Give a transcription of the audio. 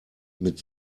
mit